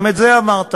גם את זה אמרת.